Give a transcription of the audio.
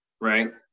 right